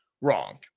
wrong